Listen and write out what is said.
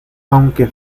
aunque